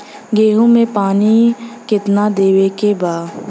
गेहूँ मे पानी कितनादेवे के बा?